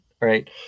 right